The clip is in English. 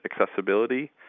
accessibility